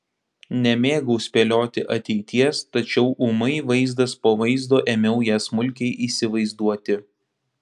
nemėgau spėlioti ateities tačiau ūmai vaizdas po vaizdo ėmiau ją smulkiai įsivaizduoti